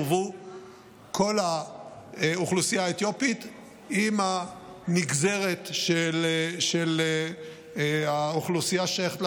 הובאה כל האוכלוסייה האתיופית עם הנגזרת של האוכלוסייה ששייכת לפלשמורה,